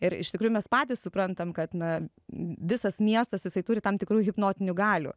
ir iš tikrųjų mes patys suprantam kad na visas miestas jisai turi tam tikrų hipnotinių galių